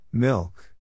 Milk